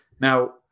Now